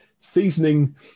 seasoning